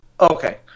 Okay